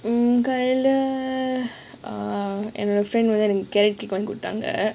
mm காலைல என்னோட friend எனக்கு கேரட் குடுத்தாங்க:kaalaila ennooda piriendthu enakku keerat kuduththaangka